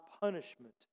punishment